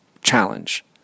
challenge